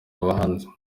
abahanzi